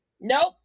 Nope